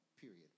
period